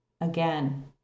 Again